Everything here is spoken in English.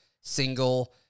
single